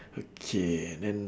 okay then